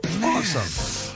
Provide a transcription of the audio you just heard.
Awesome